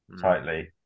tightly